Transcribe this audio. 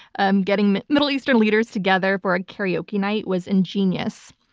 um getting middle eastern leaders together for a karaoke night was ingenious.